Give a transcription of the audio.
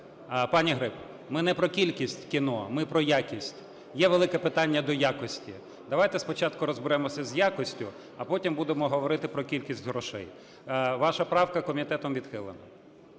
пані Гриб, ми не про кількість кіно, ми про якість. Є велике питання до якості. Давайте спочатку розберемося з якістю, а потім будемо говорити про кількість грошей. Ваша правка комітетом відхилена.